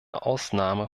ausnahme